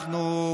אנחנו,